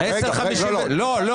לא, לא.